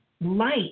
light